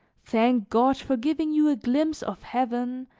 thank god for giving you a glimpse of heaven,